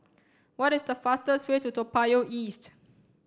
what is the fastest way to Toa Payoh East